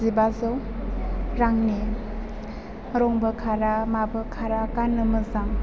जिबाजौ रांनि रंबो खारा माबो खारा गाननो मोजां